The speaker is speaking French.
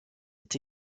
est